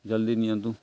ଜଲ୍ଦି ନିଅନ୍ତୁ